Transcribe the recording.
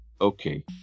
okay